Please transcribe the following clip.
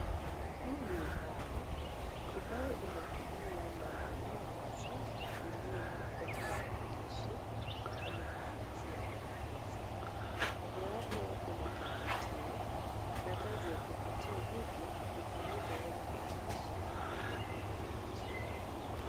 Huu ni ubao, ubao unatumiwa na walimu hasa shuleni katika maandishi ama kufunzia wanafunzi. Kando yake kuna kivutio na kazi ya kivutio hiki ni kuvuta yale maandishi Ili kuandika maandishi mapya.